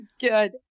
Good